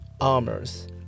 armors